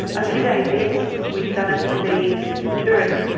a few days in we started to see tourists,